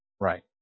Right